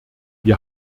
wir